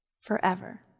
forever